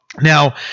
Now